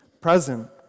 present